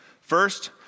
First